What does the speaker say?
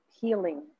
healing